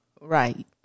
Right